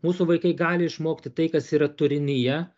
mūsų vaikai gali išmokti tai kas yra turinyje